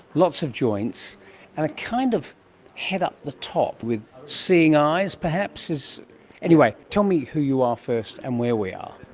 lots of joints, and a kind of head up the top with seeing eyes perhaps. anyway, tell me who you are first and where we are.